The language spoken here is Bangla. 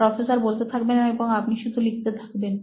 প্রফেসর বলতে থাকবেন এবং আপনি শুধু লিখতে থাকবেন